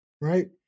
Right